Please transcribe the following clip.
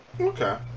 okay